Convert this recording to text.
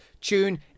Tune